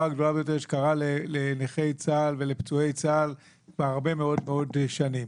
הגדולה ביותר שקרתה לנכי צה"ל ולפצועי צה"ל כבר הרבה מאוד שנים.